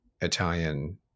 Italian